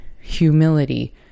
humility